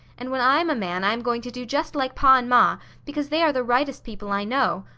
and when i am a man i am going to do just like pa and ma because they are the rightest people i know,